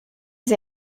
sie